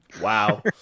Wow